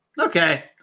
Okay